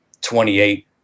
28